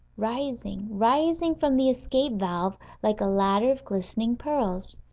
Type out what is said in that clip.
rising, rising from the escape-valve like a ladder of glistening pearls.